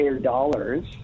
dollars